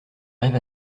rêve